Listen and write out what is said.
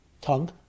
tongue